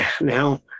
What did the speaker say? now